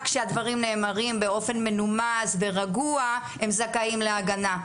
שהדברים נאמרים באופן מנומס ורגוע הם זכאים להגנה,